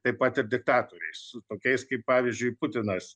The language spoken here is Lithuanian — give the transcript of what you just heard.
taip pat ir diktatoriais su tokiais kaip pavyzdžiui putinas